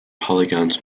polygons